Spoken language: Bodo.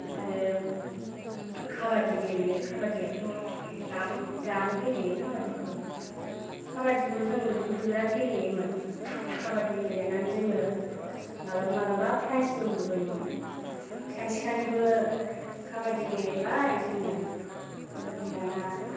आरो खाबादि गेलेयो खाबादियाथ' दाबो दाबो गेलेयो खाबादिखौ खाबादिखौ जों खिन्थु बिराद गेलेयोमोन खाबादि गेलेनानै जोङो मालाबा मालाबा प्रायज बो मोनबोयोमोन सानसेखालिबो खाबादि गेलेबाय जोङो दाना